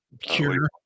cure